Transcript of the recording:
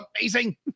amazing